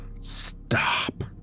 Stop